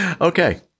Okay